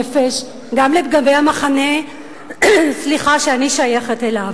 היה לי זמן לחשבון נפש גם לגבי המחנה שאני שייכת אליו,